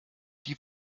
die